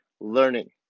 learning